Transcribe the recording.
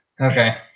Okay